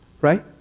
Right